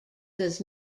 does